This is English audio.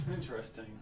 Interesting